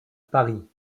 paris